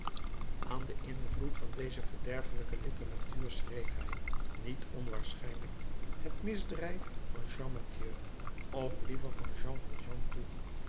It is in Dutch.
aan den invloed van deze verderfelijke litteratuur schreef hij niet onwaarschijnlijk het misdrijf van champmathieu of liever van jean valjean toe